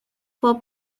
for